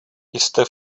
jste